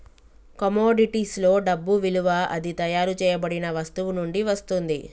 కమోడిటీస్లో డబ్బు విలువ అది తయారు చేయబడిన వస్తువు నుండి వస్తుంది